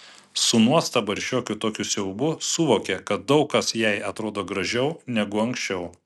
su nuostaba ir šiokiu tokiu siaubu suvokė kad daug kas jai atrodo gražiau negu anksčiau